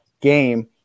game